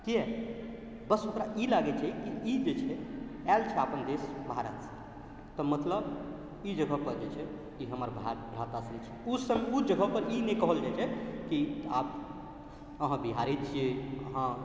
किएक बस ओकरा ई लागै छै कि ई जे छै आएल छै अपन देश भारतसँ तऽ मतलब ई जगहपर जे छै ई हमर भारतवासी छै ओ जगहपर ई नहि कहल जाइ छै कि आप अहाँ बिहारी छिए अहाँ